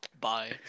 Bye